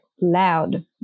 loud